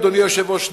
אדוני היושב-ראש,